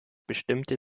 bestimmte